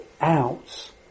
out